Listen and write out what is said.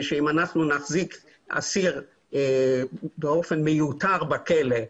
שאם אנחנו נחזיק אסיר באופן מיותר בכלא,